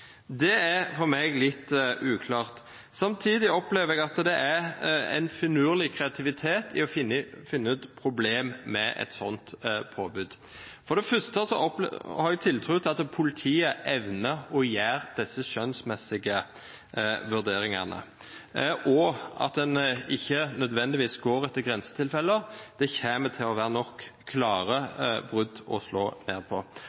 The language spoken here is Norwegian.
litt uklart for meg. Samtidig opplever jeg at det er en finurlig kreativitet i å finne problem med et sånt påbud. For det første har jeg tiltro til at politiet evner å gjøre disse skjønnsmessige vurderingene, og at en ikke nødvendigvis går etter grensetilfeller. Det kommer til å være nok klare brudd å slå ned på.